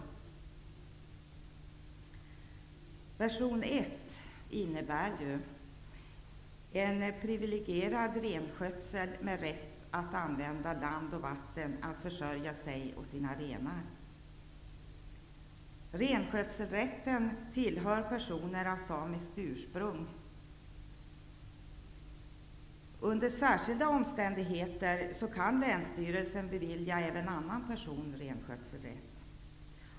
Den första versionen innebär att samerna har en privilegierad renskötsel med rätt att använda land och vatten för att försörja sig och sina renar. Renskötselrätten tillkommer personer av samiskt ursprung. Under särskilda omständigheter kan länsstyrelsen även bevilja annan person renskötselrätt.